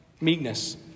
Meekness